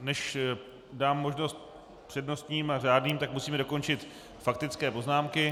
Než dám možnost přednostním a řádným, tak musíme dokončit faktické poznámky.